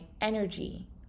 energy